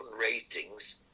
ratings